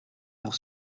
pour